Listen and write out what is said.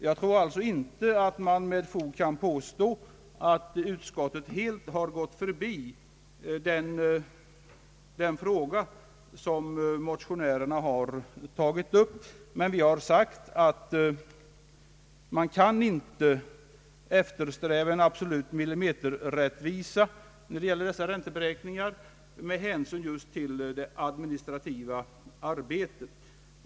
: Jag tror alltså inte att man :med fog kan påstå 'att' utskottet helt har gått förbi den fråga som motionärerna tagit upp. Vi har sagt, att man inte kan eftersträva en absolut millimeterrättvisa när det gäller dessa ränteberäkningar just med hänsyn till'det administrativa arbetet.